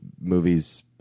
movies